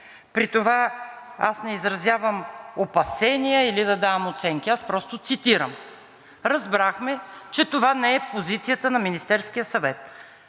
при това аз не изразявам опасения или да давам оценки, аз просто цитирам. Разбрахме, че това не е позицията на Министерския съвет,